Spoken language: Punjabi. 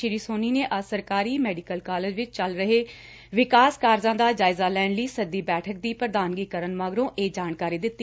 ਸ੍ਰੀ ਸੋਨੀ ਨੇ ਅੱਜ ਸਰਕਾਰੀ ਮੈਡੀਕਲ ਕਾਲਜ ਵਿਚ ਚਲ ਰਹੇ ਵਿਕਾਸ ਕਾਰਜਾਂ ਦਾ ਜਾਇਜ਼ਾ ਲੈਣ ਲਈ ਸੱਦੀ ਬੈਠਕ ਦੀ ਪੁਧਾਨਗੀ ਕਰਨ ਮਗਰੋਂ ਇਹ ਜਾਣਕਾਰੀ ਦਿੱਤੀ